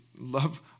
love